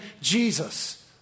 Jesus